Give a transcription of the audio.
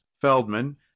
Feldman